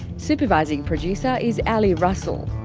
supervising producer is ali russell.